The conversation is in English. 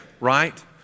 right